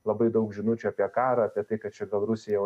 labai daug žinučių apie karą apie tai kad čia gal rusija jau